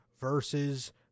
versus